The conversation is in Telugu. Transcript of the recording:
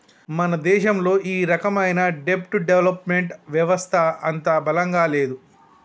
మన దేశంలో ఈ రకమైన దెబ్ట్ డెవలప్ మెంట్ వెవత్త అంతగా బలంగా లేదు